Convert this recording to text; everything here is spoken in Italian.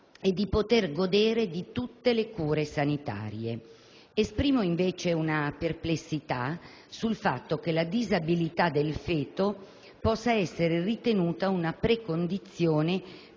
e di poter godere di tutte le cure sanitarie. Esprimo invece una perplessità sul fatto che la disabilità del feto possa essere ritenuta una precondizione